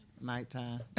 Nighttime